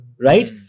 right